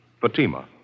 Fatima